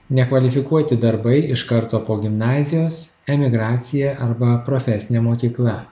nekvalifikuoti darbai iš karto po gimnazijos emigracija arba profesinė mokykla